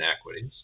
equities